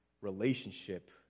relationship